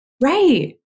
Right